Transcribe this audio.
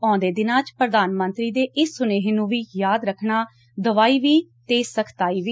ਆਉਂਦੇ ਦਿਨਾਂ 'ਚ ਪ੍ਧਾਨ ਮੰਤਰੀ ਦੇ ਇਸ ਸੁਨੇਹੇ ਨੂੰ ਵੀ ਯਾਦ ਰੱਖਣਾ ਦਵਾਈ ਵੀ ਤੇ ਸਖਤਾਈ ਵੀ